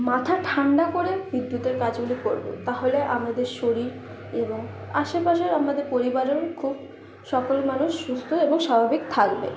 মাথা ঠান্ডা করে বিদ্যুতের কাজগুলি করব তাহলে আমাদের শরীর এবং আশে পাশে আমাদের পরিবারেরও খুব সকল মানুষ সুস্থ্য এবং স্বাভাবিক থাকবে